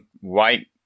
white